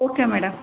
okay madam